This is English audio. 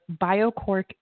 BioCork